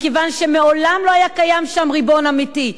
מכיוון שמעולם לא היה קיים שם ריבון אמיתי,